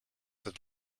het